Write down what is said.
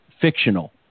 fictional